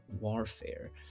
warfare